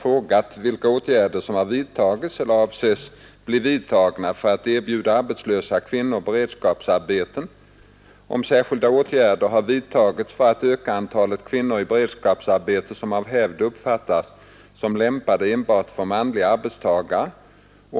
Från centern har vi flera år å rad fört fram förslag att innan man lyckas med regionalpolitiken måste man i botten för den ha en viss målsättning, och den måste uttryckas i vissa befolkningsramvärden.